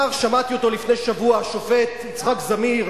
שמעתי אותו לפני שבוע, השופט בדימוס יצחק זמיר,